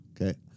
okay